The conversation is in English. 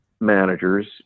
managers